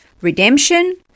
redemption